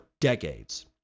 decades